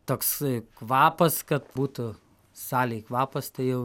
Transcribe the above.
toks kvapas kad būtų salėj kvapas tai jau